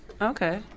Okay